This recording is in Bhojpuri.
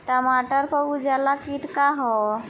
टमाटर पर उजला किट का है?